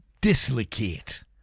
dislocate